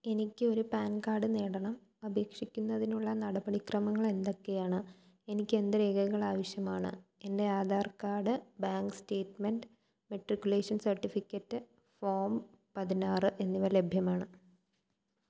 എനിക്കൊരു PAN card നേടണം അപേക്ഷിക്കുന്നതിനുള്ള നടപടി ക്രമങ്ങളെന്തൊക്കെയാണ് എനിക്കെന്തു രേഖകളാവശ്യമാണ് എന്റെ Aadhaar card bank statement matriculation certificate form പതിനാറ് എന്നിവ ലഭ്യമാണ്